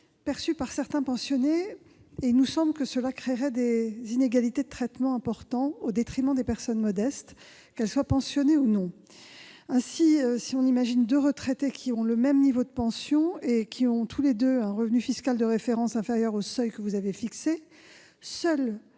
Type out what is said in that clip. perçus par certains pensionnés. Il nous semble qu'elle créerait des inégalités de traitement importantes au détriment des personnes modestes, qu'elles soient pensionnées ou non. Ainsi, si on imagine deux retraités dont le niveau de pension est le même et qui ont tous les deux un revenu fiscal de référence inférieur au seuil que vous avez fixé, seul